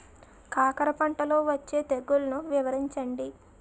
కాకర పంటలో వచ్చే తెగుళ్లను వివరించండి?